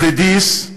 פרידיס,